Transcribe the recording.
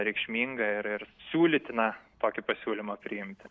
reikšminga ir ir siūlytina tokį pasiūlymą priimti